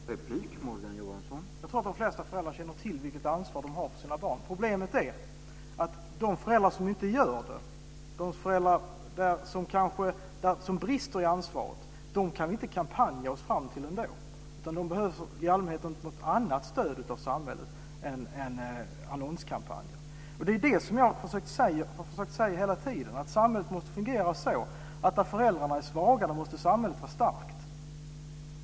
Herr talman! Jag tror att de flesta föräldrar känner till vilket ansvar de har för sina barn. Problemet är att de föräldrar som inte gör det - de föräldrar som brister i ansvar - kan vi ändå inte kampanja oss fram till. De behöver i allmänhet något annat stöd av samhället än annonskampanjer. Det jag har försökt säga hela tiden är att samhället måste fungera så, att där föräldrarna är svaga måste samhället vara starkt.